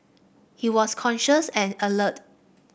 he was conscious and alert